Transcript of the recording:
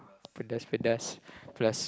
pedas pedas plus